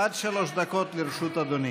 עד שלוש דקות לרשות אדוני.